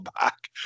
back